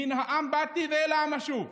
מן העם באתי ואל העם אשוב.